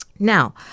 Now